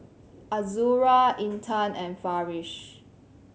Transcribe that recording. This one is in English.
Azura Intan and Farish